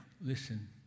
listen